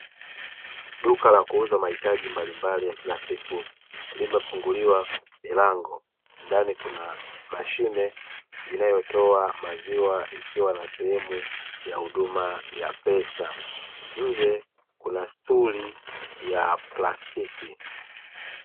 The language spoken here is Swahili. Duka la kuuza mahitaji mbalimbali ya kula siku limefunguliwa milango, ndani kuna mashine inayotoa maziwa ikiwa na sehemu ya huduma ya pesa, nje kuna stuli ya plastiki.